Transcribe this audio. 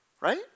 right